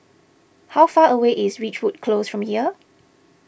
how far away is Ridgewood Close from here